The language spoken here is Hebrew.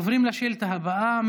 עוברים לשאילתה הבאה,